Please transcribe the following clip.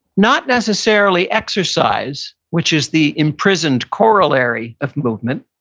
not necessarily exercise, which is the imprisoned corollary of movement,